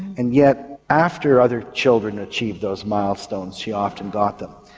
and yet after other children achieved those milestones she often got them.